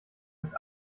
ist